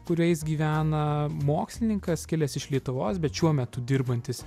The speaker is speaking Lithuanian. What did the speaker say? kuriais gyvena mokslininkas kilęs iš lietuvos bet šiuo metu dirbantis